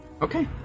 Okay